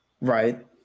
Right